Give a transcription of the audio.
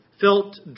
felt